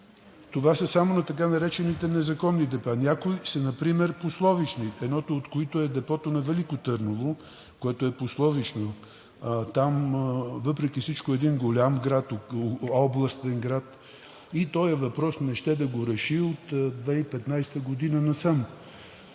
Това са само на така наречените незаконни депа. Някои са например пословични, едното от които е депото на Велико Търново, то е пословично – въпреки всичко там, един голям областен град, този въпрос не ще да го реши от 2015 г. насам.